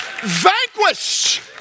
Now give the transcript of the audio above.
vanquished